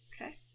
Okay